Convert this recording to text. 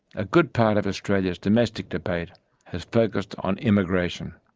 a good part of australia's domestic debate has focused on immigration.